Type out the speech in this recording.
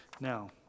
Now